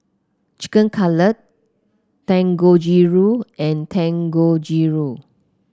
Chicken Cutlet Dangojiru and Dangojiru